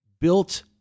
Built